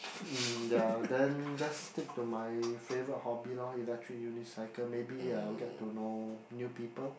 mm ya then just stick to my favourite hobby lor electric unicycle maybe I will get to know new people